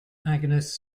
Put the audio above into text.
agnes